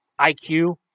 IQ